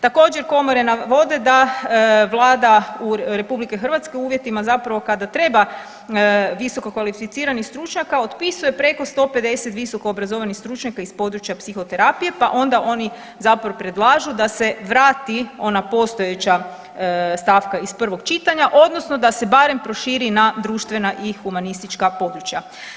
Također komore navode da Vlada RH u uvjetima zapravo kada treba visokokvalificiranih stručnjaka otpisuje preko 150 visokoobrazovanih stručnjaka iz područja psihoterapije, pa onda oni zapravo predlažu da se vrati ona postojeća stavka iz prvog čitanja odnosno da se barem proširi na društvena i humanistička područja.